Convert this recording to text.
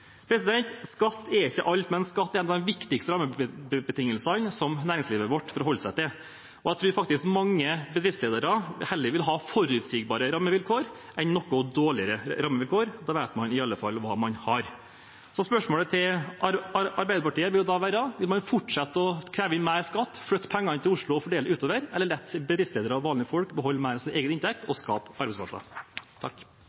Skatt er ikke alt, men skatt er en av de viktigste rammebetingelsene som næringslivet vårt forholder seg til, og jeg tror faktisk mange bedriftsledere heller vil ha forutsigbare rammevilkår enn noe dårligere rammevilkår. Da vet man i hvert fall hva man har. Spørsmålet til Arbeiderpartiet vil da være: Vil man fortsette å kreve inn mer skatt, flytte pengene til Oslo og fordele det utover, eller la bedriftsledere og vanlige folk beholde mer av sin egen inntekt og